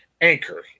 Anchor